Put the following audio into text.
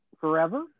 Forever